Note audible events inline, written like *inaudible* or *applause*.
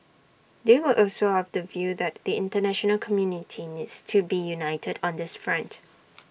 they were also of the view that the International community needs to be united on this front *noise*